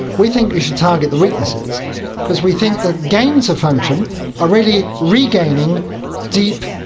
we think we should target the weaknesses because we think that gains of function are really regaining deep,